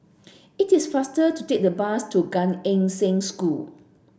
it is faster to take the bus to Gan Eng Seng School